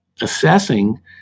assessing